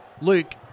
Luke